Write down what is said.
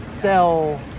sell